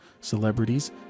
Celebrities